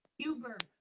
huber.